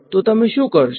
તો તમે શું કરશો